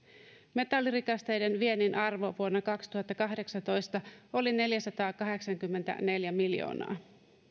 metallirikasteiden viennin arvo vuonna kaksituhattakahdeksantoista oli neljäsataakahdeksankymmentäneljä miljoonaa